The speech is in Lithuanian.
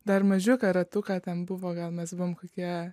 dar mažiuką ratuką ten buvo gal mes buvom kokie